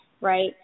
Right